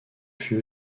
fut